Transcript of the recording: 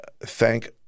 thank